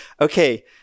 okay